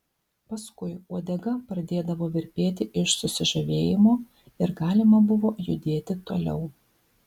paskui uodega pradėdavo virpėti iš susižavėjimo ir galima buvo judėti toliau